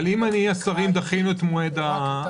אבל אם השרים דחו את המועד?